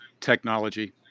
technology